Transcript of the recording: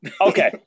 okay